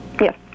yes